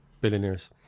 Billionaires